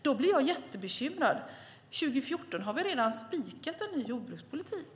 Då blir jag jättebekymrad. Då, 2014, har vi redan spikat en ny jordbrukspolitik.